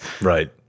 Right